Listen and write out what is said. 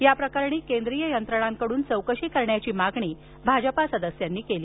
या प्रकरणी केंद्रीय यंत्रणांकडून चौकशी करण्याची मागणी भाजपा सदस्यांनी केली